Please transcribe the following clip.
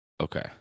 Okay